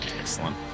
Excellent